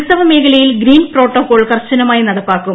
ഉത്സവ മേഖലയിൽ green protocol കർശനമായി നടപ്പാക്കും